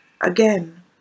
again